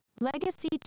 Legacy